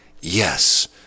yes